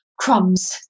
crumbs